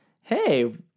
hey